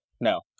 No